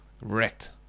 wrecked